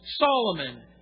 Solomon